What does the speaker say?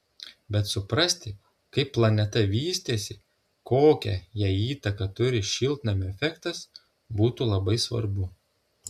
bet suprasti kaip planeta vystėsi kokią jai įtaką turi šiltnamio efektas būtų labai svarbu